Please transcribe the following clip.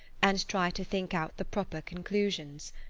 and try to think out the proper conclusions.